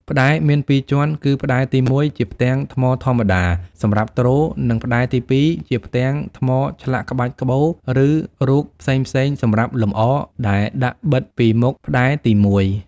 ផ្តែរមានពីរជាន់ គឺផ្តែរទី១ ជាផ្ទាំងថ្មធម្មតាសម្រាប់ទ្រ និងផ្តែរទី២ ជាផ្ទាំងថ្មឆ្លាក់ក្បាច់ក្បូរ ឬរូបផ្សេងៗសម្រាប់លម្អ ដែលដាក់បិទពីមុខផ្តែរទី១។